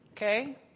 Okay